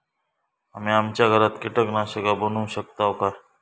आम्ही आमच्या घरात कीटकनाशका बनवू शकताव काय?